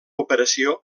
operació